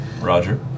Roger